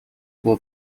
было